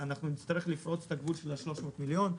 אנחנו נצטרך לפרוץ את הגבול של 300 מיליון,